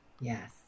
Yes